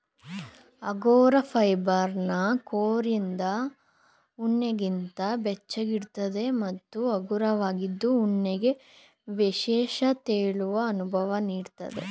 angora ಫೈಬರ್ನ ಕೋರಿಂದ ಉಣ್ಣೆಗಿಂತ ಬೆಚ್ಚಗಿರ್ತದೆ ಮತ್ತು ಹಗುರವಾಗಿದ್ದು ಉಣ್ಣೆಗೆ ವಿಶಿಷ್ಟ ತೇಲುವ ಅನುಭವ ನೀಡ್ತದೆ